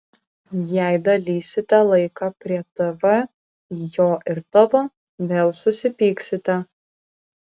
jei dalysite laiką prie tv į jo ir tavo vėl susipyksite